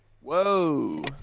Whoa